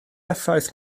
effaith